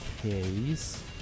case